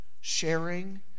sharing